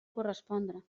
correspondre